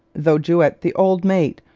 though juet, the old mate,